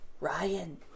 Ryan